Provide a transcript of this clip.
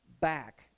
back